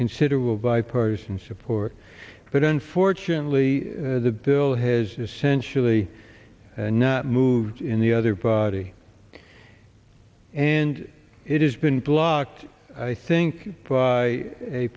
considerable bipartisan support but unfortunately the bill has essentially not moved in the other body and it has been blocked i think by a